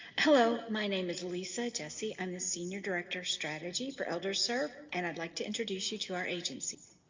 hello my name is lisa jesse i'm the senior director strategy for elders sir and i'd like to introduce you to our agency